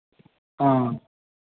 हँ